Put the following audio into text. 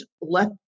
let